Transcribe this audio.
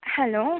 hello